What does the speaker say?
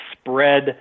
spread